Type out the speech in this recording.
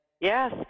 Yes